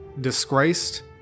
Disgraced